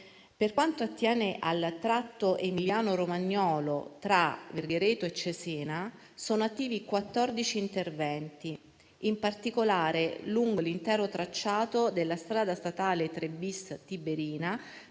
Per quanto attiene al tratto emiliano-romagnolo tra Verghereto e Cesena sono attivi 14 interventi, in particolare lungo l'intero tracciato della strada statale 3-*bis* Tiberina,